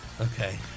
Okay